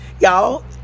Y'all